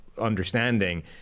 understanding